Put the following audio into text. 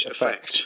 effect